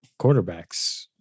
quarterbacks